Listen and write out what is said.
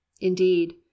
Indeed